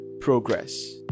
progress